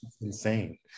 insane